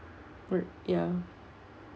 err ya